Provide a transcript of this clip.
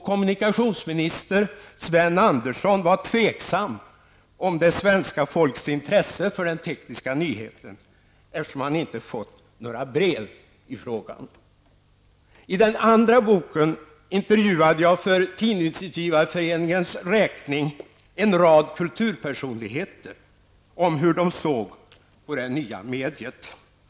Kommunikationsminister Sven Andersson var tveksam om det svenska folkets intresse för den tekniska nyheten, eftersom han inte fått några brev i frågan. I den andra boken intervjuade jag för Tidningsutgivareföreningens räkning en rad kulturpersonligheter om hur de såg på det nya mediet.